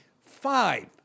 five